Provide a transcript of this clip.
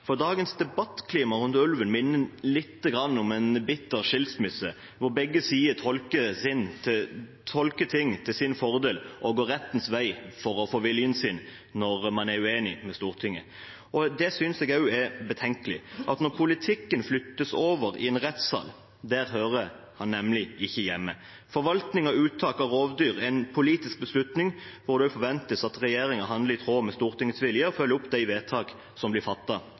dele. Dagens debattklima rundt ulven minner lite grann om en bitter skilsmisse, hvor begge sider tolker ting til sin fordel og går rettens vei for å få viljen sin når man er uenig med Stortinget. Jeg synes også det er betenkelig når politikken flyttes over i en rettssal. Der hører den nemlig ikke hjemme. Forvaltning av uttak av rovdyr er en politisk beslutning hvor det forventes at regjeringen handler i tråd med Stortingets vilje, og følger opp de vedtak som blir